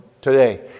today